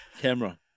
camera